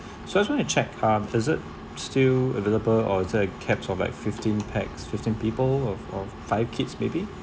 so I just want to check is it still available or it is like cap of like fifteen pax fifteen people or or or five kids maybe